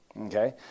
Okay